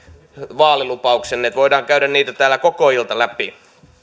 vaalilupauksenne voidaan käydä niitä täällä koko ilta läpi